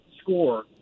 score